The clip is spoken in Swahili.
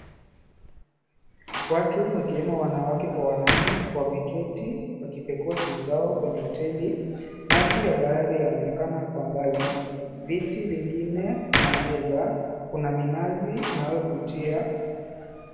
Watu wakiwemo wanawake kwa wanaume wameketi wakipekua simu zao kwenye hoteli. Maji ya bahari yanaonekana kwa mbali. Viti vingine na meza. Kuna minazi inayovutia.